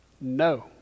No